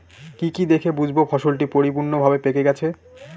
কি কি দেখে বুঝব ফসলটি পরিপূর্ণভাবে পেকে গেছে?